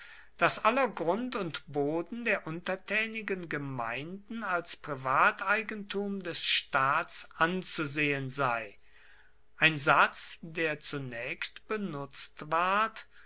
daß aller grund und boden der untertänigen gemeinden als privateigentum des staats anzusehen sei ein satz der zunächst benutzt ward